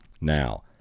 Now